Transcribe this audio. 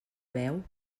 veu